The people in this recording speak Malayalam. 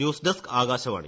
news desk Akashvani